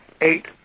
eight